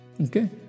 Okay